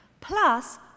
plus